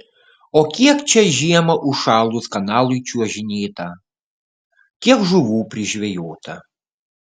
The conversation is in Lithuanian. o kiek čia žiemą užšalus kanalui čiuožinėta kiek žuvų prižvejota